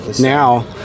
now